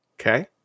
Okay